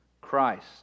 Christ